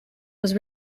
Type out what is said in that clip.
was